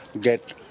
get